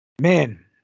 man